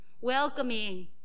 welcoming